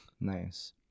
Nice